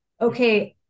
Okay